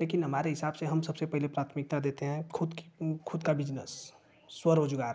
लेकिन हमारे हिसाब से हम सबसे पहले प्राथमिकता देते हैं ख़ुद की ख़ुद का बिजनेस स्वरोजगार